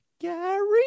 Gary